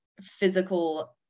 physical